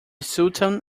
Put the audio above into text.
sultan